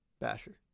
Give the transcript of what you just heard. Basher